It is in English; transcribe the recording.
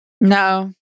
No